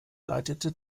leitete